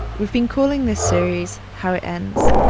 we've been calling this series, how it ends,